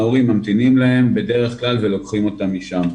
ההורים ממתינים להם בדרך כלל ולוקחים אותם משם.